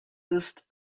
ist